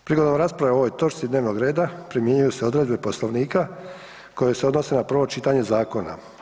Prigodom rasprave o ovoj točci dnevnog reda primjenjuju se odredbe Poslovnika koje se odnose na prvo čitanje zakona.